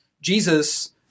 Jesus